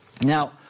Now